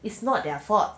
it's not their fault